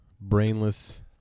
brainless